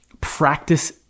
practice